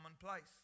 commonplace